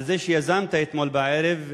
על זה שיזמת אתמול בערב,